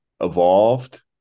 evolved